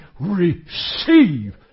Receive